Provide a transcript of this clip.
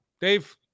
Dave